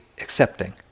accepting